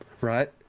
right